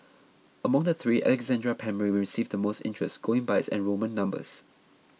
among the three Alexandra Primary received the most interest going by its enrolment numbers